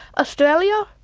australia,